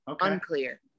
unclear